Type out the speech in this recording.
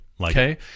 Okay